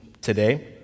today